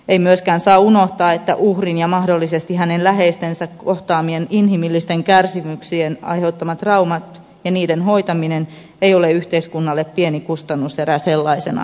ei myöskään saa unohtaa että uhrin ja mahdollisesti hänen läheistensä kohtaamien inhimillisten kärsimyksien aiheuttamat traumat ja niiden hoitaminen ei ole yhteiskunnalle pieni kustannuserä sellaisenakaan